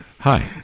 Hi